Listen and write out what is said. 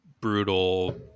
brutal